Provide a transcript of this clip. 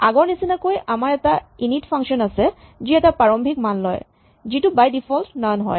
আগৰ নিচিনাকৈ আমাৰ এটা ইনিট ফাংচন আছে যি এটা প্ৰাৰম্ভিক মান লয় যিটো বাই ডিফল্ট নন হয়